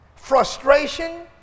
Frustration